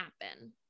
happen